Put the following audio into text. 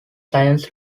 science